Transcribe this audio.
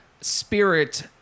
spirit